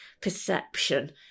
perception